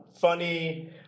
funny